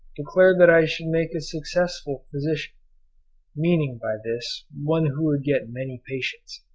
declared that i should make a successful physician meaning by this one who would get many patients.